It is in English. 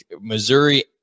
Missouri